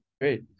Great